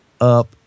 up